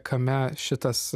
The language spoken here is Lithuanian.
kame šitas